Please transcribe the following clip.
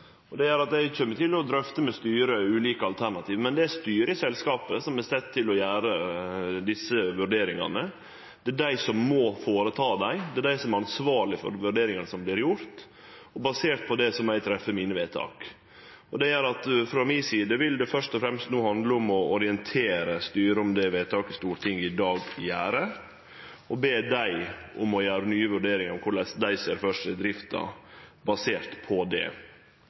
Det gjer at eg kjem til å drøfte ulike alternativ med styret, men det er styret i selskapet som er sett til å gjere desse vurderingane. Det er dei som må gjere dei, det er dei som er ansvarlege for dei vurderingane som vert gjorde. Basert på det må eg treffe mine vedtak. Det gjer at det frå mi side no først og fremst vil handle om å orientere styret om det vedtaket Stortinget i dag gjer, og be dei om å gjere nye vurderingar av korleis dei ser for seg drifta basert på det.